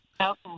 Okay